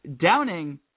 downing